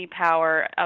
power